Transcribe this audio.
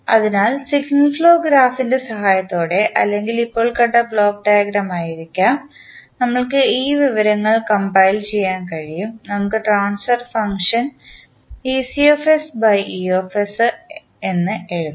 അതിനാൽ signal flow ഗ്രാഫിൻറെ സഹായത്തോടെ അല്ലെങ്കിൽ ഇപ്പോൾ കണ്ട ബ്ലോക്ക് ഡയഗ്രം ആയിരിക്കാം നമ്മൾക്ക് ഈ വിവരങ്ങൾ കംപൈൽ ചെയ്യാൻ കഴിയും നമുക്ക് ട്രാൻസ്ഫർ ഫംഗ്ഷനായ എഴുതാം